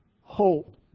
hope